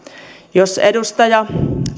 jos edustaja